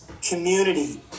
community